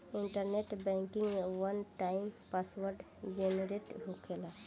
internet banking में one time password generate होखेला